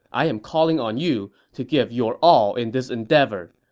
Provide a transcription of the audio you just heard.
i am calling on you to give your all in this endeavor.